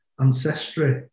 Ancestry